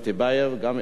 גם עשר דקות.